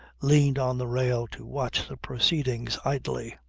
leaned on the rail to watch the proceedings idly.